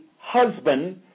husband